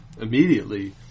immediately